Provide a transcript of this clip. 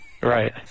Right